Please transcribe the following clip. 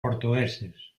portugueses